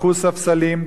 הפכו ספסלים,